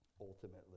ultimately